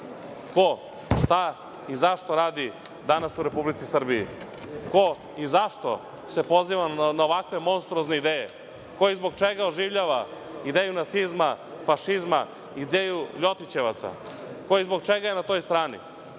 ko, šta i zašto radi danas u Republici Srbiji, ko i zašto se poziva na ovakve monstruozne ideje, ko i zbog čega oživljava ideju nacizma, fašizma, ideju Ljotićevaca, ko i zbog čega je na toj strani.